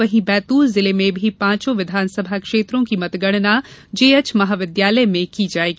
वहीं बैतूल जिले में भी पांचों विधानसभा क्षेत्रों की मतगणना जेएच महाविद्यालय में की जायेगी